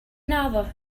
naddo